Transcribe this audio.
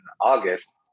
August